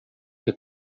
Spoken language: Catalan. que